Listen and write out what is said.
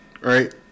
Right